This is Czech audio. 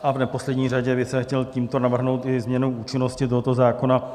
A v neposlední řadě bych chtěl tímto navrhnout i změnu účinnosti tohoto zákona.